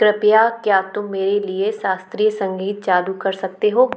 कृपया क्या तुम मेरे लिए शास्त्रीय संगीत चालू कर सकते हो